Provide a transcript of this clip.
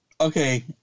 Okay